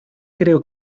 creo